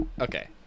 Okay